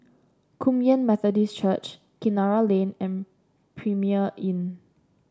Kum Yan Methodist Church Kinara Lane and Premier Inn